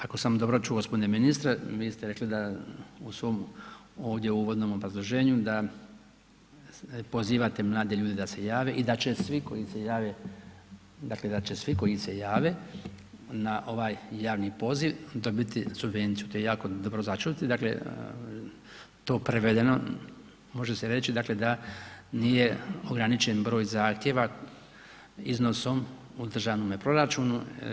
Ako sam dobro čuo g. ministre, vi ste rekli da u svom ovdje uvodnom obrazloženju, da pozivate mlade ljude da se jave i da će svi koji se jave, dakle da će svi koji se jave na ovaj javni poziv dobiti subvenciju, to je jako dobro ... dakle to prevedeno može se reći dakle da nije ograničen broj zahtjeva iznosom u državnome proračunu.